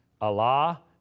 Allah